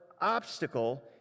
obstacle